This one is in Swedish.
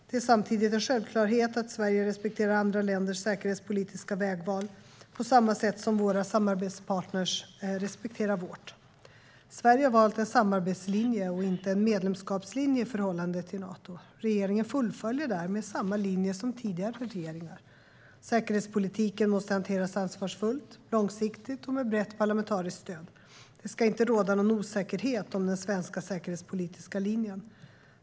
Det är samtidigt en självklarhet att Sverige respekterar andra länders säkerhetspolitiska vägval, på samma sätt som våra samarbetspartner respekterar vårt. Sverige har valt en samarbetslinje och inte en medlemskapslinje i förhållande till Nato. Regeringen fullföljer därmed samma linje som tidigare regeringar. Säkerhetspolitiken måste hanteras ansvarsfullt, långsiktigt och med brett parlamentariskt stöd. Det ska inte råda någon osäkerhet om den svenska säkerhetspolitiska linjen.